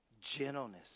Gentleness